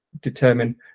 determine